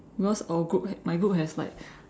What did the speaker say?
because our group has my group has like